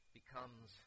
becomes